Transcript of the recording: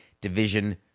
division